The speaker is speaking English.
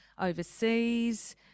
overseas